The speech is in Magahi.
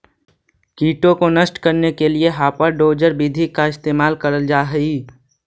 कीटों को नष्ट करने के लिए हापर डोजर विधि का इस्तेमाल करल जा हई